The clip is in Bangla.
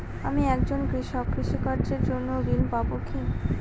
আমি একজন কৃষক কৃষি কার্যের জন্য ঋণ পাব কি?